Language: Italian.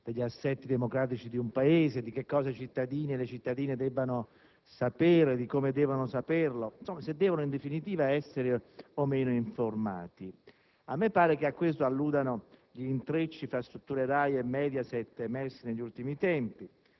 degli assetti democratici di un Paese, di che cosa i cittadini e le cittadine debbano sapere, di come debbano saperlo, se devono, in definitiva, essere o meno informati. A me pare che a questo alludano gli intrecci fra strutture RAI e Mediaset emersi negli ultimi tempi,